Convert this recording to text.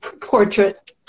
portrait